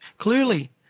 Clearly